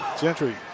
Gentry